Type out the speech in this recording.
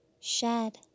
shed